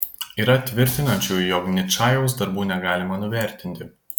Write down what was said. yra tvirtinančiųjų jog ničajaus darbų negalima nuvertinti